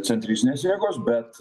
centristinės jėgos bet